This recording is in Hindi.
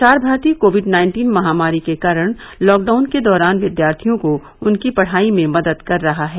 प्रसार भारती कोविड नाइन्टीन महामारी के कारण लॉकडाउन के दौरान विद्यार्थियों को उनकी पढ़ाई में मदद कर रहा है